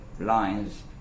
Lines